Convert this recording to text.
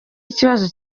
ikibazo